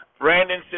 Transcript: Brandon